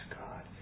God